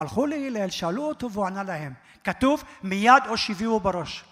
הלכו להלל, שאלו אותו והוא ענה להם. כתוב "מיד הושיבוהו בראש".